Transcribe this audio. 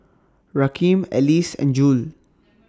Rakeem Elise and Jule